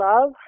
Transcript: love